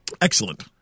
Excellent